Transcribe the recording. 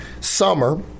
summer